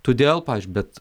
todėl pavyzdžiui bet